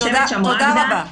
יושבת שם רגדה,